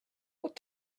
what